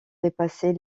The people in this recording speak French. dépasser